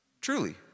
Truly